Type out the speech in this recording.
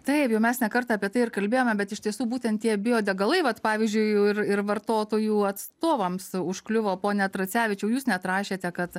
taip jau mes ne kartą apie tai ir kalbėjome bet iš tiesų būtent tie biodegalai vat pavyzdžiui ir ir vartotojų atstovams užkliuvo pone tracevičiau jūs net rašėte kad